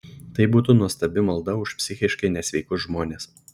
tai būtų nuostabi malda už psichiškai nesveikus žmones